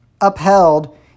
upheld